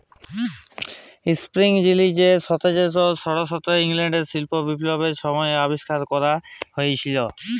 spinning যিলি সতের শ পয়ষট্টিতে ইংল্যাল্ডে শিল্প বিপ্লবের ছময় আবিষ্কার ক্যরা হঁইয়েছিল